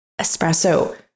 espresso